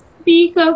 speak